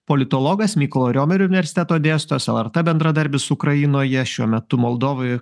politologas mykolo riomerio universiteto dėstytojas lrt bendradarbis ukrainoje šiuo metu moldovoje